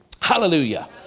Hallelujah